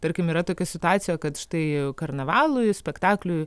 tarkim yra tokia situacija kad štai karnavalui spektakliui